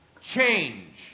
Change